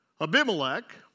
Abimelech